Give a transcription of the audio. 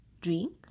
drink